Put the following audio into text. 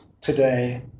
today